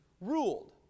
ruled